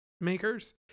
makers